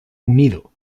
unido